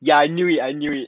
ya I knew it I knew it